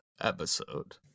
episode